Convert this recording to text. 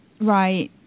Right